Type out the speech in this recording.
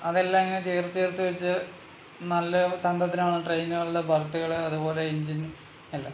അതെല്ലാം ഇങ്ങനെ ചേർത്ത് ചേർത്ത് വെച്ച് നല്ല ചന്തത്തിലാണ് ട്രെയിനുകളിലെ ബെർത്തുകൾ അതുപോലെ എൻജിൻ എല്ലാം